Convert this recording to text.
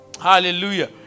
Hallelujah